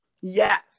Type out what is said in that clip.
Yes